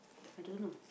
I don't know